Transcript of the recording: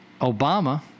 Obama